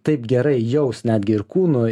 taip gerai jaus netgi ir kūnui